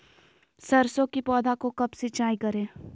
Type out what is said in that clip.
सरसों की पौधा को कब सिंचाई करे?